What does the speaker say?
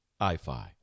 iFi